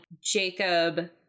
Jacob